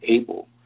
able